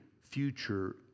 future